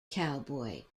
cowboy